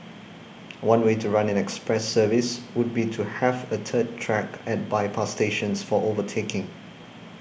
one way to run an express service would be to have a third track at by a pass stations for overtaking